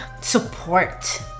support